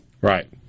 Right